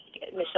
Michelle